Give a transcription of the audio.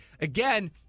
Again